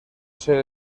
ser